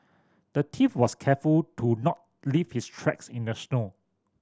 the thief was careful to not leave his tracks in the snow